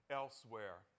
elsewhere